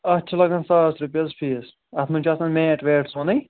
اَتھ چھِ لگان ساس رۄپیہِ حظ فیٖس اَتھ منٛز چھِ آسان میٹ ویٹ سونٕے